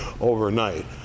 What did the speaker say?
overnight